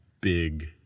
big